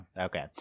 okay